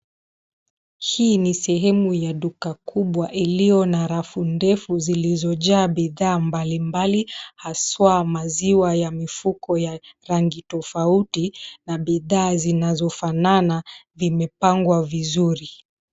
Hii ni sehemu ya duka kubwa iliyo na rafu ndefu zilizojaa bidhaa mbalimbali haswa maziwa ya mifuko ya rangi tofauti na bidhaa zinazofanana vimepangwa vizuri.